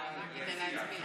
עלה כדי להצביע.